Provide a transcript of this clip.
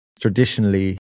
traditionally